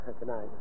tonight